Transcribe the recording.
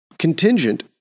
Contingent